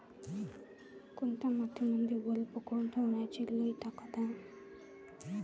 कोनत्या मातीमंदी वल पकडून ठेवण्याची लई ताकद हाये?